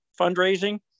fundraising